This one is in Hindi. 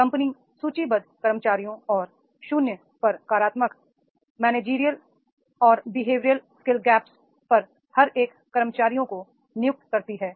कंपनी सूचीबद्ध कर्मचारियों और शून्य पर कार्यात्मक मैनेजरियल और बिहेवियर स्किल गैप्स पर हरएक कर्मचारियों को नियुक्त करती है